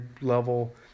level